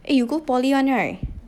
eh you go poly [one] right